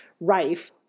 rife